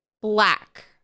black